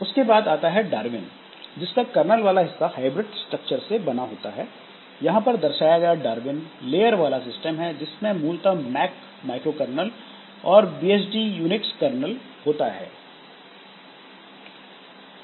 उसके बाद आता है डार्विन जिसका कर्नल वाला हिस्सा हाइब्रिड स्ट्रक्चर से बना होता है यहां पर दर्शाया गया डार्विन लेयर वाला सिस्टम है जिसमें मूलतः मैक माइक्रोकरनल और बीएसडी यूनिक्स कर्नल होता है